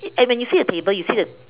and when you see a table you see the